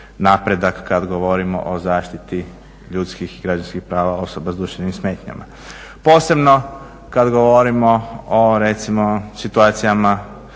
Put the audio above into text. napredak kad govorimo o zaštiti ljudskih i građanskih prava osoba s duševnim smetnjama. Posebno kad govorimo o recimo situacijama